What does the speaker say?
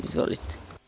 Izvolite.